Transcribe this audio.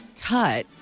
cut